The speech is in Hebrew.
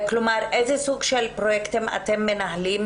כלומר, איזה סוג של פרויקטים אתם מנהלים?